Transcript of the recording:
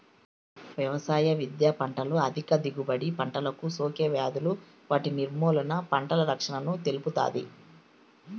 వ్యవసాయ విద్య పంటల అధిక దిగుబడి, పంటలకు సోకే వ్యాధులు వాటి నిర్మూలన, పంటల రక్షణను తెలుపుతాది